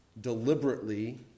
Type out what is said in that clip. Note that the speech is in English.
deliberately